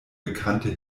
bekannte